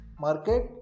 market